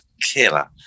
killer